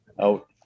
out